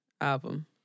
album